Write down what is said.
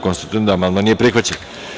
Konstatujem da amandman nije prihvaćen.